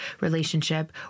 relationship